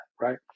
right